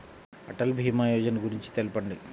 అటల్ భీమా యోజన గురించి తెలుపండి?